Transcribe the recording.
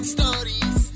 Stories